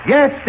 Yes